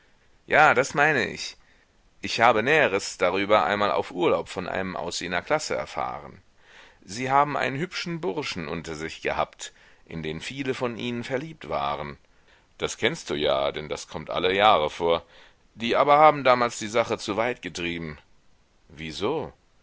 ja das meine ich ich habe näheres darüber einmal auf urlaub von einem aus jener klasse erfahren sie haben einen hübschen burschen unter sich gehabt in den viele von ihnen verliebt waren das kennst du ja denn das kommt alle jahre vor die aber haben damals die sache zu weit getrieben wieso